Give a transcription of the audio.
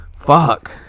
Fuck